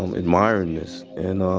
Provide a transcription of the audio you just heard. um admiring this. and